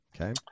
Okay